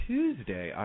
Tuesday